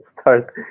start